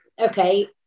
okay